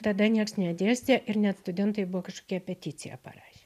tada nieks nedėstė ir net studentai buvo kažkokią peticiją parašę